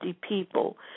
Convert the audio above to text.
people